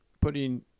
putting